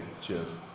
Cheers